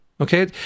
okay